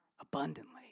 Abundantly